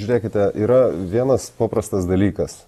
žiūrėkite yra vienas paprastas dalykas